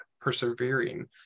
persevering